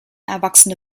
erwachsene